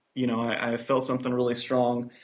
you know, i felt something really strong,